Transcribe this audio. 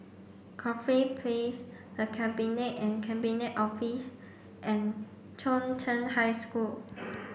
Corfe Place The Cabinet and Cabinet Office and Chung Cheng High School